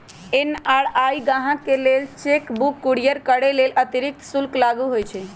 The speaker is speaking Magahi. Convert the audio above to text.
एन.आर.आई गाहकके लेल चेक बुक कुरियर करय लेल अतिरिक्त शुल्क लागू होइ छइ